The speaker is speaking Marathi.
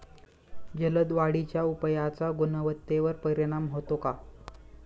जलद वाढीच्या उपायाचा गुणवत्तेवर परिणाम होतो का?